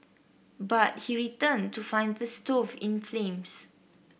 but he returned to find the stove in flames